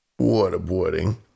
waterboarding